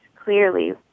clearly